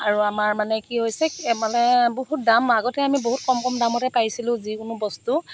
আৰু আমাৰ মানে কি হৈছে মানে বহুত দাম আগতে আমি বহুত কম কম দামতে পাইছিলোঁ যিকোনো বস্তু